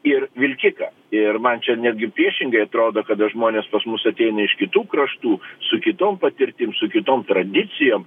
ir vilkiką ir man čia netgi priešingai atrodo kada žmonės pas mus ateina iš kitų kraštų su kitom patirtim su kitom tradicijom